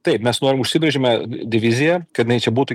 taip mes norim užsibrėžėme diviziją kad jinai čia būtų